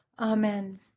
Amen